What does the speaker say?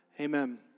amen